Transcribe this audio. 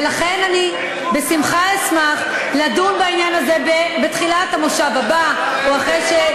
ולכן אני בשמחה אשמח לדון בעניין הזה בתחילת המושב הבא או אחרי,